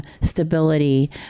stability